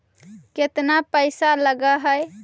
केतना पैसा लगय है?